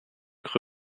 cru